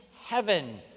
heaven